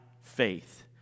faith